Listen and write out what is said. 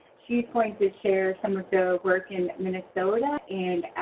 she is going to share some of the work in minnesota and